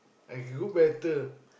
I can cook better